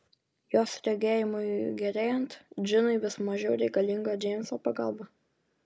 jos regėjimui gerėjant džinai vis mažiau reikalinga džeimso pagalba